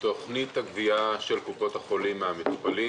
תכנית הגבייה של קופות החולים מהמטופלים